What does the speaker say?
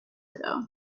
ago